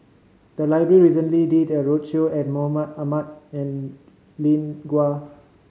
the library recently did a roadshow and Mahmud Ahmad and Lin Gao